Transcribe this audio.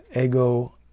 ego